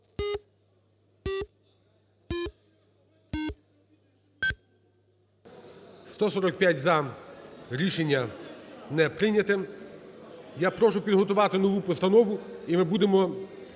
За-145 Рішення не прийнято. Я прошу підготувати нову постанову, і ми будемо